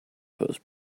post